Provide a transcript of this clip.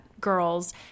girls